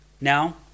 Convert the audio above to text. Now